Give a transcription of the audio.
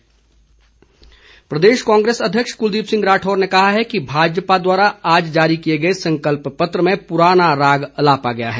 कुलदीप राठौर प्रदेश कांग्रेस अध्यक्ष कुलदीप सिंह राठौर ने कहा है कि भाजपा द्वारा आज जारी किए गए संकल्प पत्र में पुराना राग अलापा गया है